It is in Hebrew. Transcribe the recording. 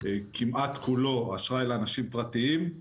כמעט כולו אשראי לאנשים פרטיים.